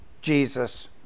Jesus